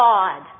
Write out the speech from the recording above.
God